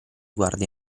guarda